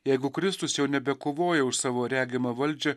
jeigu kristus jau nebekovoja už savo regimą valdžią